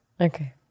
okay